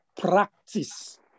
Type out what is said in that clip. practice